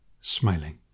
Smiling